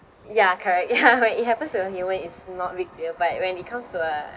ya correct ya when it happens to a human it's not big deal but when it comes to a